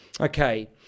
Okay